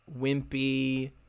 wimpy